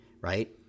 right